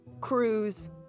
Cruise